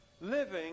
Living